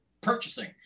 purchasing